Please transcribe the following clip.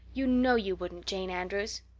you know you wouldn't, jane andrews!